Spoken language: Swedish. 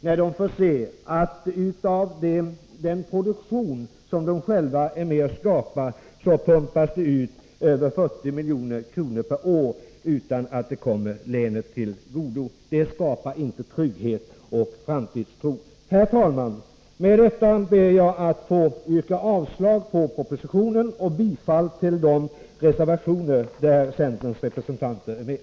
De skulle få se att av den produktion som de själva är med och skapar, pumpas 40 milj.kr. per år ut utan att det kommer länet till godo. Det skapar inte trygghet och framtidstro. Herr talman! Med detta ber jag att få yrka avslag på propositionen och bifall till de reservationer som centerns representanter stöder.